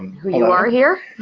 who you are here?